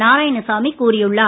நாராயணசாமி கூறியுள்ளார்